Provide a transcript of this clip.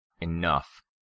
Enough